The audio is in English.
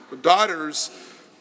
daughters